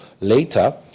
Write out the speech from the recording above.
later